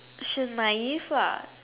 she's my lah